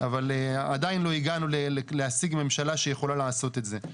אבל עדיין לא הגענו להשיג ממשלה שיכולה לעשות את זה.